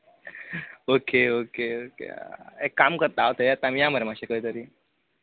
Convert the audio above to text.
okay okay okay हां एक काम करतां हांव थंय येता आमी या मरे मातशें खंय तरी